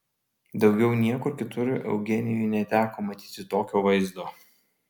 daugiau niekur kitur eugenijui neteko matyti tokio vaizdo